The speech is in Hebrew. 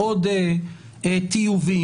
לעוד טיובים.